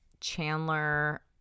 Chandler